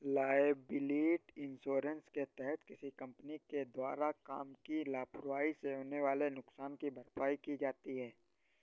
liability insurance के तहत किसी कंपनी के द्वारा काम की लापरवाही से होने वाले नुकसान की भरपाई की जाती है